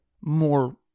more